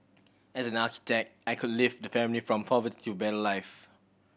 as an architect I could lift the family from poverty to a better life